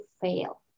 fail